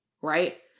right